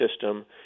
system